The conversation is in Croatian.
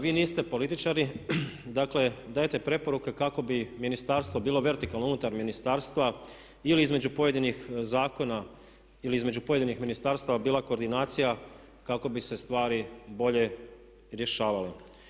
Vi niste političari, dakle dajete preporuke kako bi ministarstvo bilo vertikalno unutar ministarstva ili između pojedinih zakona ili između pojedinih ministarstava bila koordinacija kako bi se stvari bolje rješavale.